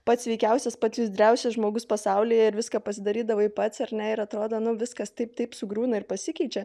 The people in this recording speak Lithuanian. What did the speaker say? pats sveikiausias pats judriausias žmogus pasaulyje ir viską pasidarydavai pats ar ne ir atrodo viskas taip taip sugriūna ir pasikeičia